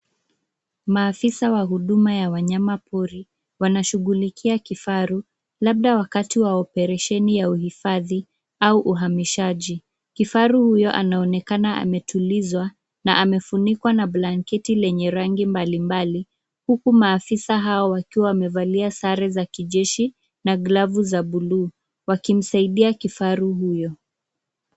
Maafisa wa huduma ya wanyama pori wanashughulikia kifaru labda wakati wao operesheni ya uhifadhi au uhamishaji. Kifaru huyo anaonekana ametulizwa na amefunikwa na blanketi lenye rangi mbalimbali huku maafisa hao wakiwa wamevalia sare za kijeshi na glavu za buluu wakimsaidia kifaru huyo.